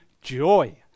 joy